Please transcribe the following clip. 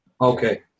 okay